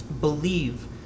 believe